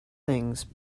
things